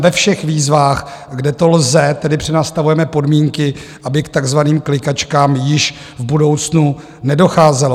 Ve všech výzvách, kde to lze, tedy přenastavujeme podmínky, aby k takzvaným klikačkám již v budoucnu nedocházelo.